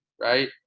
right